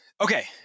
Okay